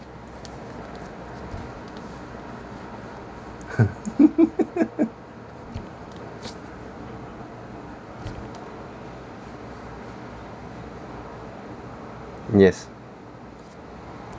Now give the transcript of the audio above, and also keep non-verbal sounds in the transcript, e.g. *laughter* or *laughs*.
*laughs* yes